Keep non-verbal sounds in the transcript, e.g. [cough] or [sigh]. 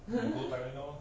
[laughs]